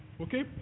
Okay